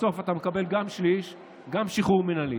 בסוף אתה מקבל גם שליש וגם שחרור מינהלי,